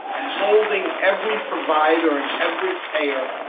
and holding every provider and every payer,